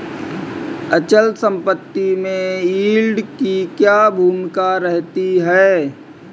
अचल संपत्ति में यील्ड की क्या भूमिका रहती है?